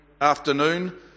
afternoon